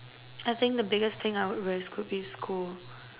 I think the biggest thing I would risk could be school